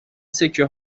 سکه